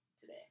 today